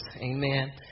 Amen